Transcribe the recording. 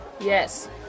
Yes